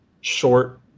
short